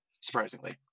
surprisingly